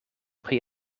pri